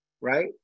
right